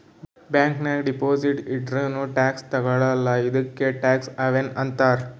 bank ನಾಗ್ deposit ಇಟ್ಟುರ್ನೂ tax ತಗೊಳಲ್ಲ ಇದ್ದುಕೆ ಟ್ಯಾಕ್ಸ್ ಹವೆನ್ ಅಂತಾರ್